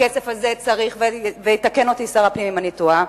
בכסף הזה צריך, ויתקן אותי שר הפנים אם אני טועה,